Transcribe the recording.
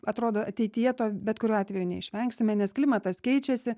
atrodo ateityje to bet kuriuo atveju neišvengsime nes klimatas keičiasi